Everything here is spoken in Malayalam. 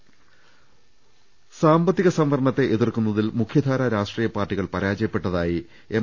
പ സാമ്പത്തിക സംവരണത്തെ എതിർക്കുന്നതിൽ മുഖ്യധാരാ രാഷ്ട്രീയ പാർട്ടികൾ പരാജയപ്പെട്ടതായി എം